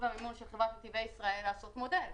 והמימון של חברת נתיבי ישראל לעשות מודל כזה.